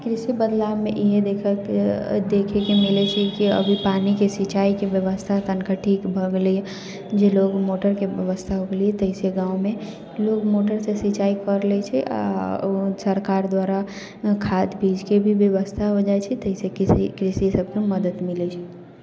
कृषि बदलावमे इएह देखऽ देखयके मिलैत छै कि अभी पानिके सिंचाईके व्यवस्था तनिक ठीक भऽ गेलैए जे लोक मोटरके व्यवस्था हो गेलैए ताहिसँ गाममे लोक मोटरसँ सिंचाई करि लैत छै आ ओ सरकार द्वारा खाद बीजके भी व्यवस्था भऽ जाइत छै ताहिसँ कृषिसभकेँ मदद मिलैत छै